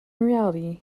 reality